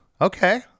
Okay